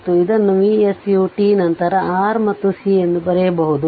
ಮತ್ತು ಇದನ್ನು V s u ನಂತರ R ಮತ್ತು C ಎಂದು ಬರೆಯಬಹುದು